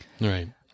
Right